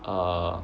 err